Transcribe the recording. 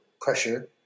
pressure